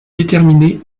déterminée